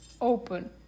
open